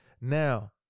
now